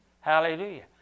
Hallelujah